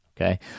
Okay